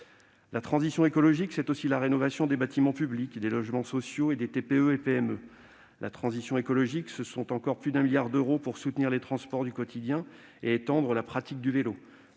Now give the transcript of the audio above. La transition écologique, c'est aussi la rénovation des bâtiments publics, des logements sociaux et des TPE et PME. La transition écologique, c'est encore plus de 1 milliard d'euros pour soutenir les transports du quotidien et étendre la pratique du vélo,